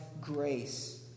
grace